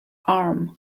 arm